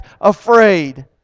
afraid